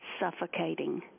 suffocating